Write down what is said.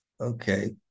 Okay